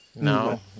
No